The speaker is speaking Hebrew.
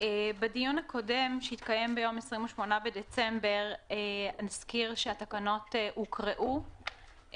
בדיון הקודם שהתקיים ביום 28 בדצמבר נזכיר שהתקנות הוקראו,